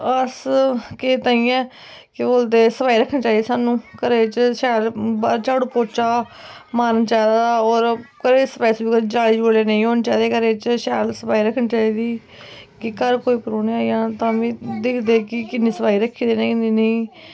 अस के ताइयें केह् बोलदे सफाई रक्खनी चाहिदी सानू घरै च शैल बाह्र झाड़ू पौच्चा मारना चाहिदा होर घरै दी सफाई सफूई करनी चाहिदी सफाई रक्खनी चाहिदी कि घर कोई परौह्नें आई जान तां बी दिखदे कि किन्ने सफाई रक्खी दी किन्नी नेईं